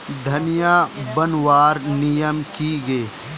धनिया बूनवार नियम की गे?